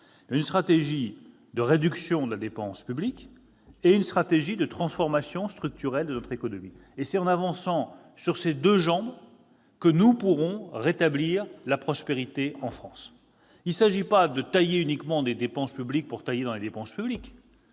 une démarche de réduction de la dépense publique et une démarche de transformation structurelle de notre économie. C'est en avançant sur ces deux jambes que nous pourrons rétablir la prospérité en France. Il ne s'agit pas de tailler dans les dépenses publiques pour tailler dans les dépenses publiques,